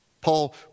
Paul